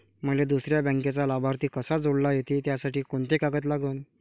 मले दुसऱ्या बँकेचा लाभार्थी कसा जोडता येते, त्यासाठी कोंते कागद लागन?